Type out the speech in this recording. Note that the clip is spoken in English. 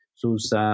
sus